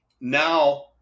now